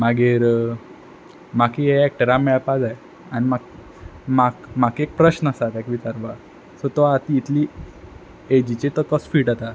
मागीर म्हाक हे एक्टरां मेळपाक जाय आनी म्हाक म्हाक म्हाक एक प्रस्न आसा तेक विचारपा सो तो आंत इतली एजीचेर तो कसो फीट आसा